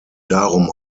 darum